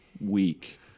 week